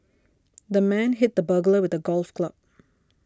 the man hit the burglar with a golf club